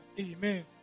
Amen